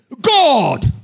God